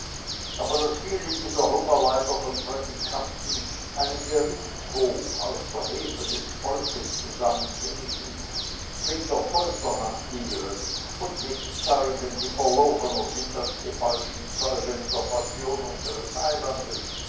aber daß diese hungerleider von prädikanten einen gerichtshof aus der hefe des volks zusammenlesen mit der folter hantieren und mit zeugen die verlogener sind als die falschen zeugen in der passion unseres heilandes